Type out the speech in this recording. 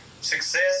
Success